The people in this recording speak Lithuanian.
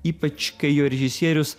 ypač kai jo režisierius